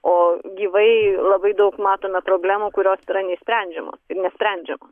o gyvai labai daug matome problemų kurios yra neišsprendžiamos ir nesprendžiamos